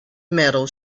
metal